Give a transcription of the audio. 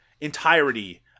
entirety